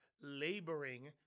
laboring